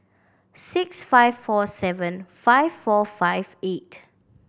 six five four seven five four five eight